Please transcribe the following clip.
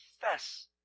confess